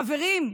חברים,